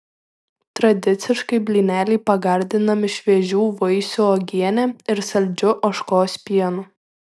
tradiciškai blyneliai pagardinami šviežių vaisių uogiene ir saldžiu ožkos pienu